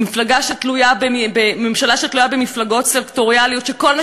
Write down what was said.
ממשלה שתלויה במפלגות סקטוריאליות שכל מה